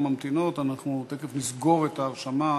אנחנו תכף נסגור את ההרשמה,